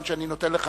אני נותן לך